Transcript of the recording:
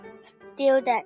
student